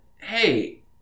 hey